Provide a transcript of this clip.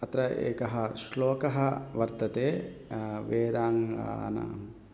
अत्र एकः श्लोकः वर्तते वेदाङ्गानाम्